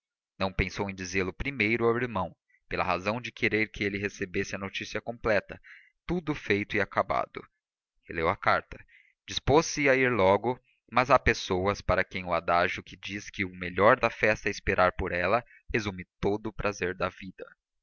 não pensou em dizê-lo primeiro ao irmão pela razão de querer que ele recebesse a notícia completa tudo feito e acabado releu a carta dispôs-se a ir logo mas há pessoas para quem o adágio que diz que o melhor da festa é esperar por ela resume todo o prazer da vida